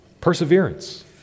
perseverance